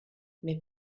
mais